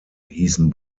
hießen